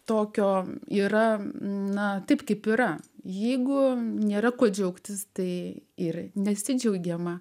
tokio yra na taip kaip yra jeigu nėra ko džiaugtis tai ir nesidžiaugiama